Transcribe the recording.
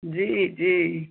जी जी